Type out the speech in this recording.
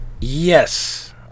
Yes